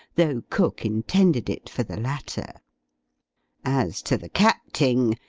though cook intended it for the latter as to the capting,